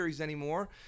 anymore